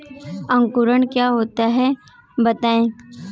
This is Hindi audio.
अंकुरण क्या होता है बताएँ?